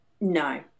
No